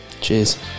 cheers